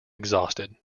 exhausted